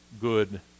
good